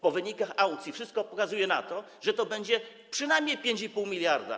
Po wynikach aukcji wszystko wskazuje na to, że to będzie przynajmniej 5,5 mld.